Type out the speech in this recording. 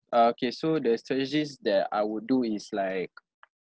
uh K so the strategies that I would do is like